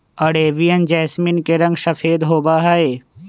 Arabian jasmine के रंग सफेद होबा हई